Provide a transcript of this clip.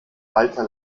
walter